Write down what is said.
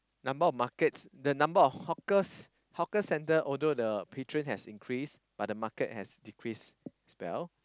number of markets the number of hawkers hawker center although the patron has increased but the market has decreased as well